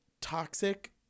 toxic